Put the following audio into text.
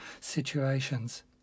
situations